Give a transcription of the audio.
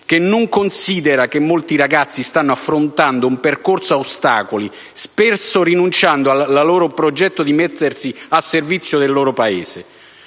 che non considera che molti ragazzi stanno affrontando un percorso a ostacoli, spesso rinunciando al progetto di mettersi al servizio del loro Paese.